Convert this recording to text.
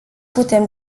putem